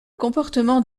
comportement